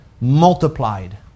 multiplied